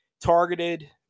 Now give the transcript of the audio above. targeted